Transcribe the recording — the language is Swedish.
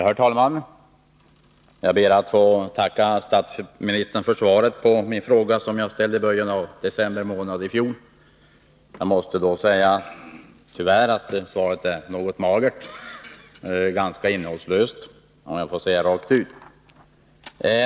Herr talman! Jag ber att få tacka statsministern för svaret på min fråga, som jag ställde i början av december månad i fjol. Jag måste tyvärr säga att svaret är något magert. Ganska innehållslöst, om jag får säga det rent ut.